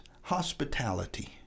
hospitality